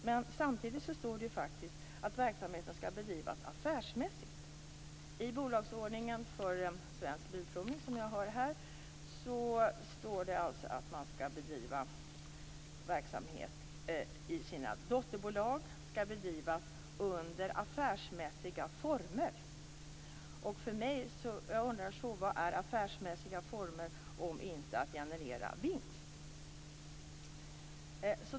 Men samtidigt står det faktiskt i bolagsordningen för Svensk Bilprovning, som jag har här, att verksamheten skall bedrivas affärsmässigt. Det står att den verksamhet som bedrivs i dotterbolagen skall bedrivas under affärsmässiga former. Jag undrar vad affärsmässiga former är om inte att generera vinst.